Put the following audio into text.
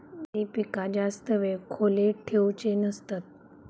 खयली पीका जास्त वेळ खोल्येत ठेवूचे नसतत?